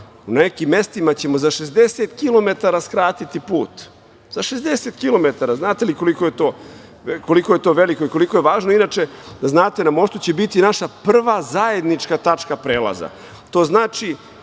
u nekim mestima ćemo za 60 kilometara skratiti put. Za 60 kilometara! Znate li koliko je to veliko i koliko je važno? Inače, da znate, na mostu će biti i naša prva zajednička tačka prelaza. To znači